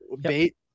Bait